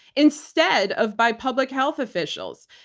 instead of by public health officials.